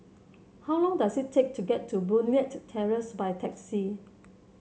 how long does it take to get to Boon Leat Terrace by taxi